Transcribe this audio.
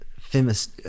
famous